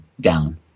down